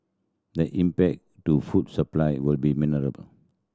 the impact to food supply will be